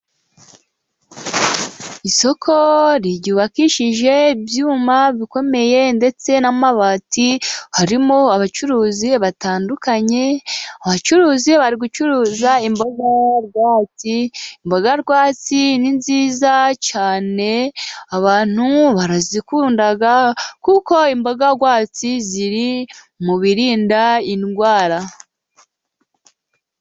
Isoko ryubakishije ibyuma bikomeye ndetse n'amabati harimo abacuruzi batandukanye , abacuruzi bari gucuruza imboga rwatsi. Imboga rwatsi ni nziza cyane abantu barazikunda kuko imboga rwatsi ziri mu birinda indwara.